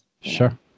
Sure